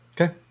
Okay